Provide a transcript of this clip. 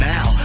Now